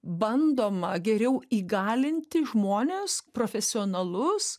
bandoma geriau įgalinti žmones profesionalus